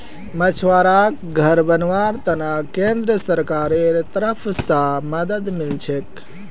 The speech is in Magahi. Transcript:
मछुवाराक घर बनव्वार त न केंद्र सरकारेर तरफ स मदद मिल छेक